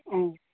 অঁ